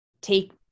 take